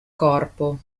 corpo